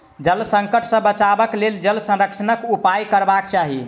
जल संकट सॅ बचबाक लेल जल संरक्षणक उपाय करबाक चाही